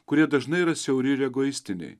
kurie dažnai yra siauri ir egoistiniai